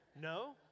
No